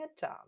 done